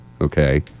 okay